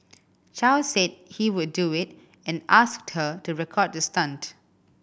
Chow said he would do it and asked her to record the stunt